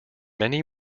many